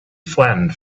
flattened